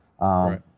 right